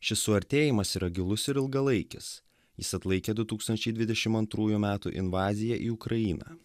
šis suartėjimas yra gilus ir ilgalaikis jis atlaikė du tūkstančiai dvidešim antrųjų metų invaziją į ukrainą